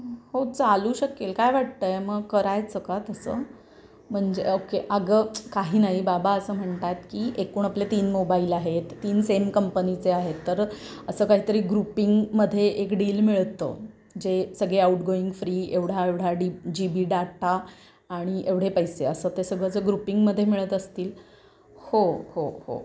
हो चालू शकेल काय वाटतं आहे मग करायचं का तसं म्हणजे ओके अगं काही नाही बाबा असं म्हणत आहेत की एकूण आपले तीन मोबाईल आहेत तीन सेम कंपनीचे आहेत तर असं काही तरी ग्रुपिंगमधे एक डील मिळतं जे सगळे आऊटगोंईंग फ्री एवढा एवढा थ्री जी बी डाटा आणि एवढे पैसे असं ते सगळं जर ग्रुपिंगमधे मिळत असतील हो हो हो